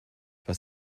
was